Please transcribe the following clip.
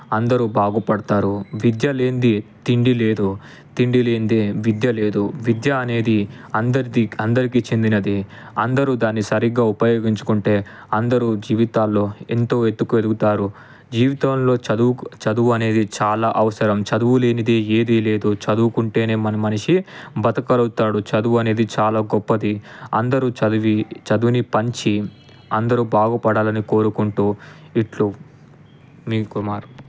అందరూ బాగుపడతారు విద్య లేనిదే తిండి లేదు తిండి లేనిదే విద్య లేదు విద్య అనేది అందరిదీ అందరికీ చెందినది అందరూ దాన్ని సరిగా ఉపయోగించుకుంటే అందరూ జీవితాల్లో ఎంతో ఎత్తుకు ఎదుగుతారు జీవితంలో చదువు చదువు అనేది చాలా అవసరం చదువు లేనిదే ఏదీ లేదు చదువుకుంటేనే మన మనిషి బతక గలుగుతాడు చదువు అనేది చాలా గొప్పది అందరూ చదివి చదువుని పంచి అందరూ బాగుపడాలని కోరుకుంటూ ఇట్లు మీ కుమార్